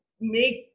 make